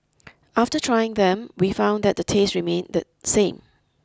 after trying them we found that the taste remained the same